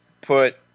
put